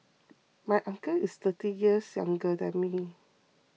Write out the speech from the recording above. my uncle is thirty years younger than me